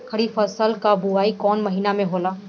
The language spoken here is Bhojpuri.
खरीफ फसल क बुवाई कौन महीना में होला?